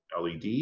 LED